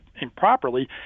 improperly